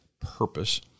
purpose